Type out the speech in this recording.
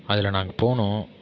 அதில் நாங்கள் போகணும்